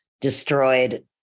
destroyed